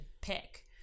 pick